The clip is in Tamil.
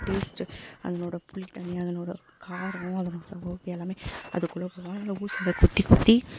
டேஸ்ட்டு அதனோடய புளிப்பு தன்மை அதனோடய காரம் அதனோடய எல்லாமே அதுக்குள்ள போகும் நல்லா ஊசியில் குத்தி குத்தி